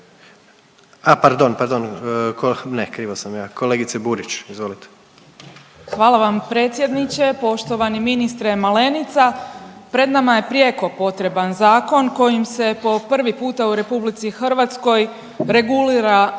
Hvala vam predsjedniče. Poštovani ministre Malenica, pred nama je prijeko potreban zakon kojim se po prvi puta u RH regulira